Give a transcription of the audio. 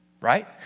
right